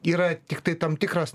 yra tiktai tam tikras